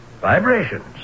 Vibrations